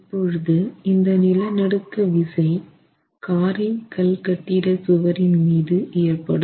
இப்பொழுது இந்த நிலநடுக்க விசை காரை கல்கட்டிட சுவரின் மீது ஏற்படும்